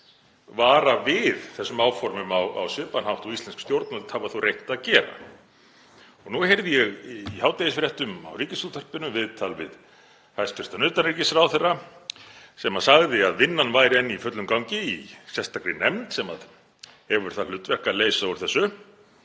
vara við þessum áformum á svipaðan hátt og íslensk stjórnvöld hafa þó reynt að gera. Nú heyrði ég í hádegisfréttum Ríkisútvarpsins viðtal við hæstv. utanríkisráðherra sem sagði að vinnan væri enn í fullum gangi í sérstakri nefnd sem hefur það hlutverk að leysa úr þessu